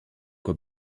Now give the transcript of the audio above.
quoi